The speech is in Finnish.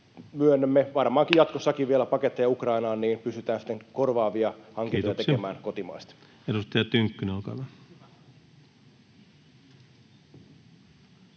koputtaa] varmaankin jatkossakin vielä paketteja Ukrainaan, niin pystytään sitten korvaavia hankintoja tekemään kotimaasta. Kiitoksia. — Edustaja Tynkkynen, olkaa hyvä.